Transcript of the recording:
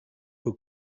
who